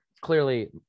clearly